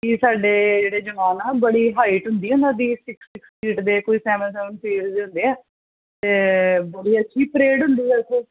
ਕਿ ਸਾਡੇ ਜਿਹੜੇ ਜਵਾਨ ਆ ਬੜੀ ਹਾਈਟ ਹੁੰਦੀ ਹੈ ਉਹਨਾਂ ਦੀ ਸਿਕਸ ਸਿਕਸ ਫੀਟ ਦੇ ਕੋਈ ਸੈਵਨ ਸੈਵਨ ਫੀਟ ਹੁੰਦੇ ਆ ਅਤੇ ਬੜੀ ਅੱਛੀ ਪਰੇਡ ਹੁੰਦੀ ਆ ਉੱਥੇ